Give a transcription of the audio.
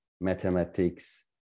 mathematics